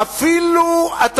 אמרו: מכינים.